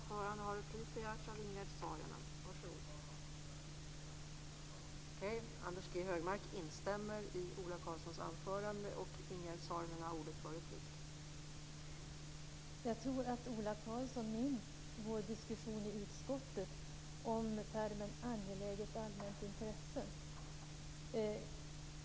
Fru talman! Jag tror att Ola Karlsson minns vår diskussion i utskottet om termen angeläget allmänt intresse.